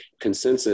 consensus